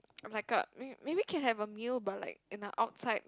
like a may maybe can have a meal but like in the outside